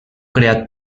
creat